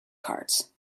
cards